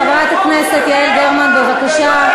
חברת הכנסת יעל גרמן, בבקשה.